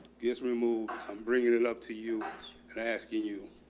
gets removed, i'm bringing it up to you and asking you,